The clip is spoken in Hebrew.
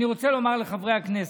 אני רוצה לומר לחברי הכנסת,